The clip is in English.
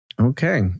Okay